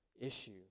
issue